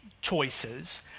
choices